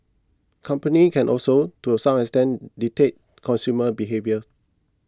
companies can also to a some extent dictate consumer behaviour